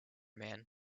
man